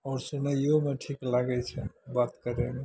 आओर सुनैयोमे ठीक लागै छै बात करैमे